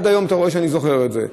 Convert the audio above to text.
עד היום אתה רואה שאני זוכר את זה,